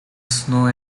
snow